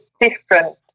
different